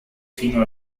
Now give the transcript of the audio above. fino